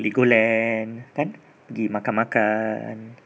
Legoland kan pergi makan-makan